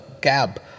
cab